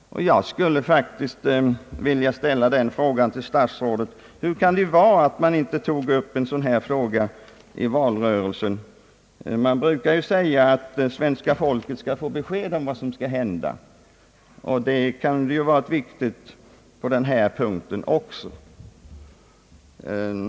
Jag skulle faktiskt vilja fråga statsrådet varför man inte tog upp denna sak i valrörelsen. Man brukar ju säga att svenska folket skall få besked om vad som kommer att hända, och det kunde ha varit viktigt på denna punkt också.